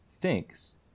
thinks